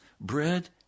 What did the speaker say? bread